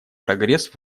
прогресс